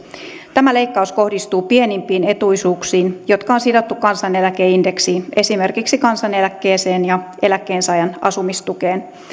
tämä leikkaus kohdistuu pienimpiin etuisuuksiin jotka on sidottu kansaneläkeindeksiin esimerkiksi kansaneläkkeeseen ja eläkkeensaajan asumistukeen